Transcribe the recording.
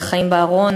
על חיים בארון,